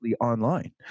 online